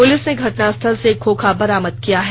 police ने घटनास्थल से एक खोखा बरामद किया है